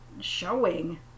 showing